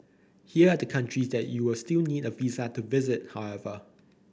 here are the countries that you'll still need a visa to visit however